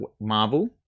Marvel